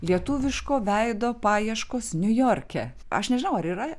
lietuviško veido paieškos niujorke aš nežinau ar yra